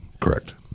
correct